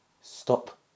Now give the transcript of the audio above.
stop